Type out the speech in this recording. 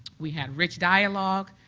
we had rich dialogue,